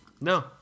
No